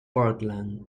portland